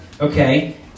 Okay